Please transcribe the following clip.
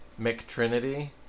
McTrinity